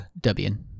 Debian